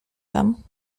tam